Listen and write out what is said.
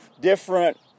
different